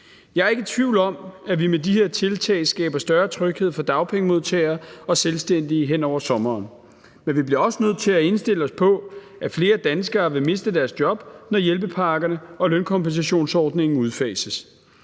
Jeg er ikke i tvivl om, at vi med de her tiltage skaber større tryghed for dagpengemodtagere og selvstændige hen over sommeren. Men vi bliver også nødt til at indstille os på, at flere danskere vil miste deres job, når hjælpepakkerne og lønkompensationsordningen udfases.